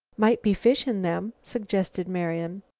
might be fish in them, suggested marian.